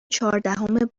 چهاردهم